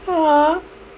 how ah